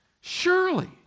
Surely